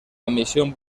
admisión